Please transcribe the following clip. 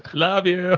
love, you know,